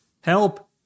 Help